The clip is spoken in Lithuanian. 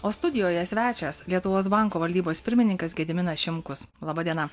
o studijoje svečias lietuvos banko valdybos pirmininkas gediminas šimkus laba diena